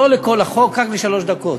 לא לכל החוק, רק לשלוש דקות.